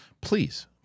Please